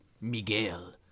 Miguel